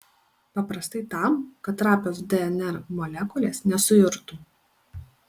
paprastai tam kad trapios dnr molekulės nesuirtų